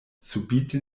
subite